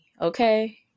okay